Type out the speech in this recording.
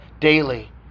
daily